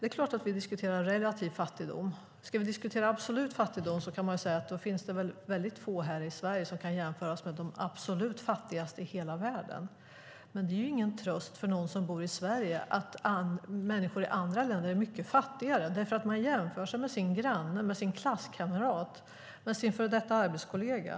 Det är klart att vi diskuterar relativ fattigdom - ska vi diskutera absolut fattigdom kan vi säga att det finns väldigt få i Sverige som kan jämföras med de absolut fattigaste i hela världen. Det är dock ingen tröst för någon som bor i Sverige att människor i andra länder är mycket fattigare, för man jämför sig med sin granne, klasskamrat eller före detta arbetskollega.